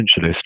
essentialist